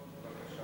תביא בחשבון בבקשה